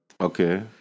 Okay